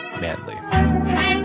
manly